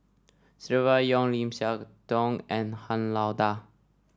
Silvia Yong Lim Siah Tong and Han Lao Da